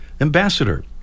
ambassador